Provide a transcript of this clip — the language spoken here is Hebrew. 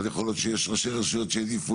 אז יכול להיות שיש ראשי רשויות שהעדיפו